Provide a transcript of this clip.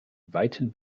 weithin